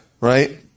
right